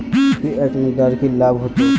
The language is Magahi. फिएट मुद्रार की लाभ होचे?